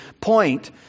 point